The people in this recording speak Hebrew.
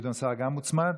גדעון סער גם הוצמד?